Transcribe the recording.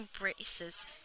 braces